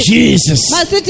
Jesus